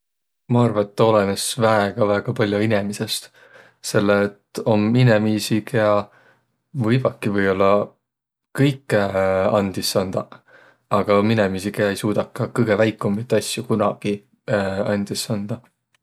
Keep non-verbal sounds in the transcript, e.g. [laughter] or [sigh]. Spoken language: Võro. Ma arva, et tuu olõnõs väega-väega pall'o inemisest, selle et om inemiisi, kiä võivaki või-ollaq kõikõhe andis andaq, aga om inemiisi, kiä ei suudaq ka kõgõ väikumbit asju kunagi [hesitation] andis andaq,